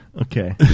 Okay